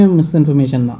misinformation